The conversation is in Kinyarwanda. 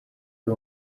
ari